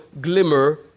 glimmer